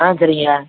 ஆ சரிங்க